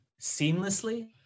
seamlessly